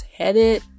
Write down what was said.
headed